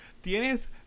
Tienes